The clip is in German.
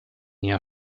jahr